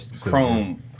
chrome